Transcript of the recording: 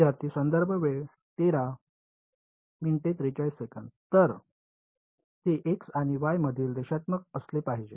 विद्यार्थी ते x आणि y मधील रेषात्मक असले पाहिजेत